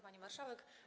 Pani Marszałek!